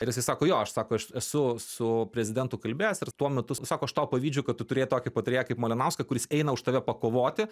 ir jisai sako jo aš sako aš esu su prezidentu kalbėjęs ir tuo metu sako aš tau pavydžiu kad tu turėti tokį patarėją kaip malinauską kuris eina už tave pakovoti